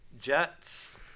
Jets